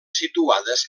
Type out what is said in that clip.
situades